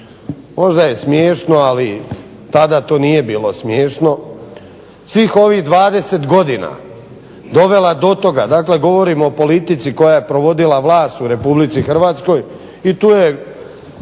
možda je smiješno ali tada nije to bilo smiješno, svih ovh 20 godina dovela do toga, dakle govorim o politici koja je provodila vlast u RH i tu je